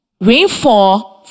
Rainfall